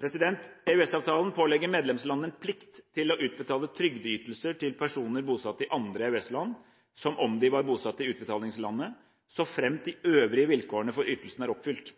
norske. EØS-avtalen pålegger medlemslandene en plikt til å utbetale trygdeytelser til personer bosatt i andre EØS-land som om de var bosatt i utbetalingslandet, såfremt de øvrige vilkårene for ytelsen er oppfylt.